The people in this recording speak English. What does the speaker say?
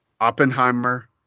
Oppenheimer